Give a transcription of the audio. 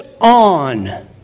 on